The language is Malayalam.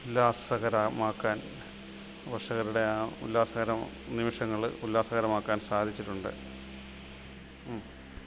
ഉല്ലാസകരമാക്കാൻ പ്രേക്ഷകരുടെ ആ ഉല്ലാസകര നിമിഷങ്ങള് ഉല്ലാസകരമാക്കാൻ സാധിച്ചിട്ടുണ്ട്